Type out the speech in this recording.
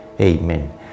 Amen